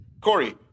Corey